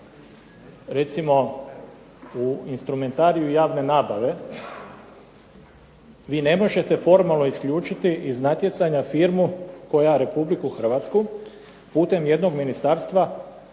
recimo u instrumentariju javne nabave, vi ne možete formalno isključiti iz natjecanja firmu koja Republiku Hrvatsku putem jednog Ministarstva